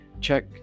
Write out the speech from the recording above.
Check